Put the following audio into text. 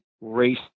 race